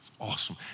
awesome